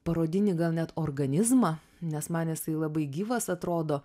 parodinį gal net organizmą nes man jisai labai gyvas atrodo